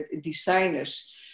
designers